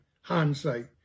hindsight